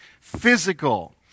physical